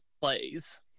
plays